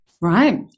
right